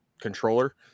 controller